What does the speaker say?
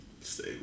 Stay